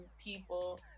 people